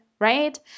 right